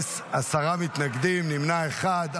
עשרה מתנגדים, נמנע אחד.